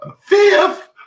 Fifth